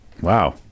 Wow